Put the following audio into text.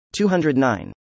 209